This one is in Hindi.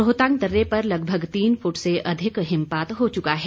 रोहतांग दर्रे पर लगभग तीन फुट से अधिक हिमपात हो चुका है